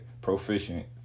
proficient